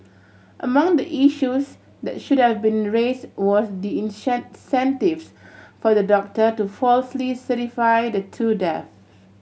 among the issues that should have been raise was the for the doctor to falsely certify the two death